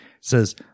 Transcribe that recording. says